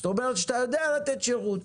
זה אומר שאתה יודע לתת שירות.